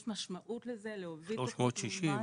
יש משמעות לזה, להוביל --- 360.